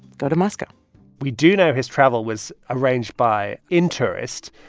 go to moscow we do know his travel was arranged by intourist,